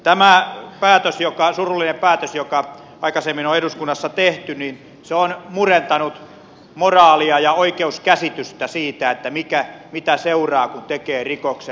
tämä surullinen päätös joka aikaisemmin on eduskunnassa tehty on murentanut moraalia ja oikeuskäsitystä siitä mitä seuraa kun tekee rikoksen